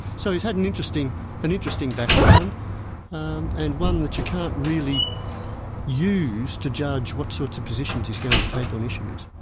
so he's had an interesting an interesting background and and one that you can't really use to judge what sorts of positions he's going to take on issues.